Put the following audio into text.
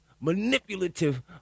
manipulative